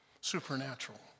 supernatural